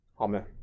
Amen